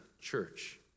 church